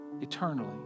eternally